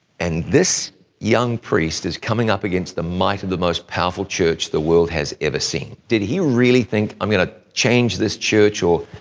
and this young priest is coming up against the might of the most powerful church the world has ever seen. did he really think, i'm going to change this church? or,